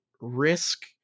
risk